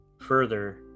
further